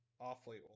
awfully